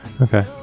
okay